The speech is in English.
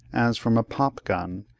as from a pop-gun,